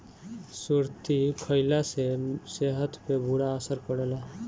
सुरती खईला से सेहत पे बुरा असर पड़ेला